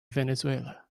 venezuela